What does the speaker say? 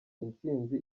intsinzi